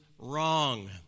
wrong